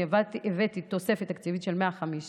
אני הבאתי תוספת תקציבית של 150,